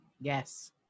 Yes